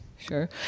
sure